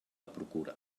procura